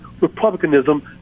republicanism